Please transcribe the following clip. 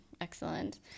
excellent